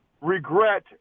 regret